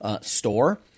store